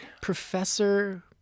Professor